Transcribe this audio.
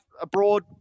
abroad